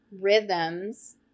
rhythms